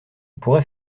pourrais